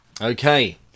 Okay